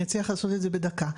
אני אצליח לעשות את זה בדקה.